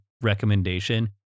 recommendation